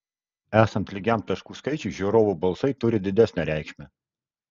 esant lygiam taškų skaičiui žiūrovų balsai turi didesnę reikšmę